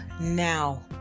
now